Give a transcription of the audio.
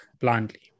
blindly